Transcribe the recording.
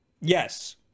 Yes